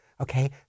Okay